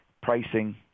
pricing